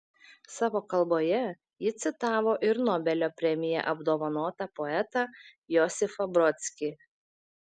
savo kalboje ji citavo ir nobelio premija apdovanotą poetą josifą brodskį